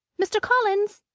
mr. collins!